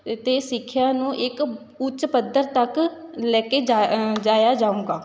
ਅਤੇ ਸਿੱਖਿਆ ਨੂੰ ਇੱਕ ਉੱਚ ਪੱਧਰ ਤੱਕ ਲੈ ਕੇ ਜਾ ਜਾਇਆ ਜਾਊਂਗਾ